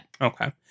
Okay